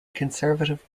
conservative